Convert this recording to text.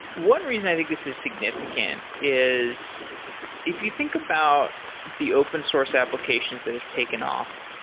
one reason i think this is significant is if you think about the open source applications that have taken off,